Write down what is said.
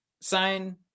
sign